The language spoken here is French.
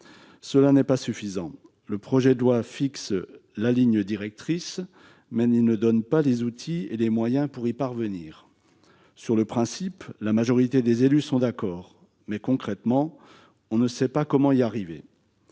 cela n'est pas suffisant. Le projet de loi fixe la ligne directrice, mais il ne donne pas aux collectivités les outils et les moyens pour y parvenir. Sur le principe, la majorité des élus est d'accord, mais concrètement, on ne sait pas comment y arriver